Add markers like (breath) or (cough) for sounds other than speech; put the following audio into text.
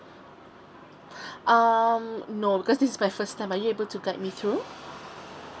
(breath) um no because this is my first time are you able to guide me through